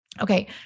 Okay